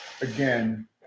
again